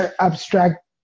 abstract